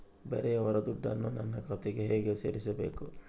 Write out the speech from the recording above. ಬೇರೆಯವರ ದುಡ್ಡನ್ನು ನನ್ನ ಖಾತೆಗೆ ಹೇಗೆ ಸೇರಿಸಬೇಕು?